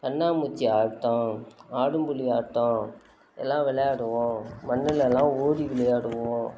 கண்ணாமூச்சி ஆட்டம் ஆடுபுலி ஆட்டம் எல்லாம் விளையாடுவோம் மண்ணுலெலாம் ஓடி விளையாடுவோம்